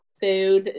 food